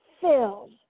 filled